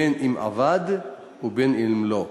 בין שעבד ובין שלא.